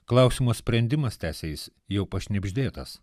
klausimo sprendimas tęsė jis jau pašnibždėtas